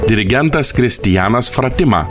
dirigentas kristianas fratima